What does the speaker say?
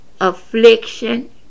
affliction